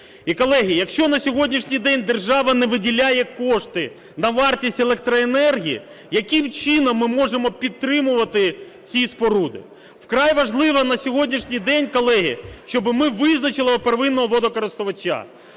колеги, якщо на сьогоднішній день держава не виділяє кошти на вартість електроенергії, яким чином ми можемо підтримувати ці споруди? Вкрай важливо на сьогоднішній день, колеги, щоб ми визначили первинного водокористувача.